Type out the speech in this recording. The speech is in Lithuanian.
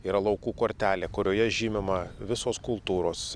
yra laukų kortelė kurioje žymima visos kultūros